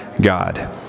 God